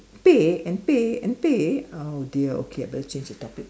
pay and pay and pay oh dear okay I better change the topic